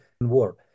War